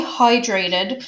hydrated